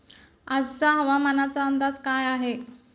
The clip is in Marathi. आजचा हवामानाचा अंदाज काय आहे?